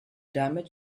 damit